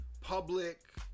public